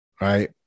right